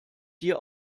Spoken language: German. dir